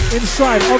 Inside